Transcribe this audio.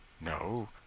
No